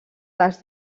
les